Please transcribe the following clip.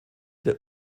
der